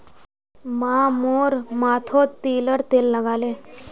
माँ मोर माथोत तिलर तेल लगाले